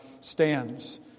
stands